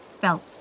felt